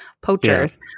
poachers